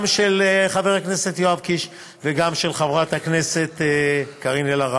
גם של חבר הכנסת יואב קיש וגם של חברת הכנסת קארין אלהרר.